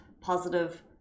positive